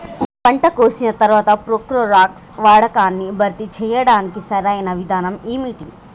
పంట కోసిన తర్వాత ప్రోక్లోరాక్స్ వాడకాన్ని భర్తీ చేయడానికి సరియైన విధానం ఏమిటి?